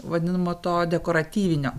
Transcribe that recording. vadinamo to dekoratyvinio